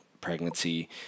pregnancy